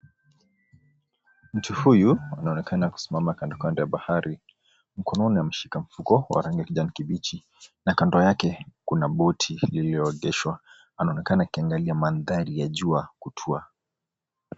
Mtu huyu anaonekana kusimama kando kando ya bahari. Mkononi ameshika mfuko wa rangi kijani kibichi na kando yake kuna boti iliyo egeshwa anaonekana akiangalia mandhari ya jua kutua.